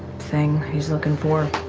thing he's looking for.